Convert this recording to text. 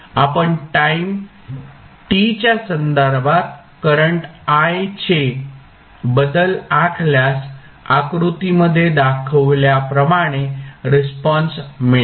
आपण time t च्या संदर्भात करंट i चे बदल आखल्यास आकृतीमध्ये दाखवल्याप्रमाणे रिस्पॉन्स मिळेल